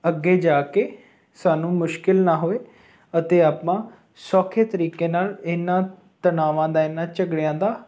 ਅੱਗੇ ਜਾ ਕੇ ਸਾਨੂੰ ਮੁਸ਼ਕਿਲ ਨਾ ਹੋਵੇ ਅਤੇ ਆਪਾਂ ਸੌਖੇ ਤਰੀਕੇ ਨਾਲ ਇਹਨਾਂ ਤਨਾਵਾਂ ਦਾ ਇਹਨਾਂ ਝਗੜਿਆਂ ਦਾ